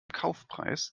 kaufpreis